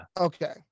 Okay